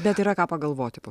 bet yra ką pagalvoti po